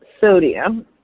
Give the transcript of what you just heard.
sodium